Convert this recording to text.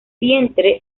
vientre